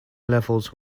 levels